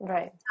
Right